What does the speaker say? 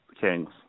Kings